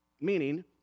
Meaning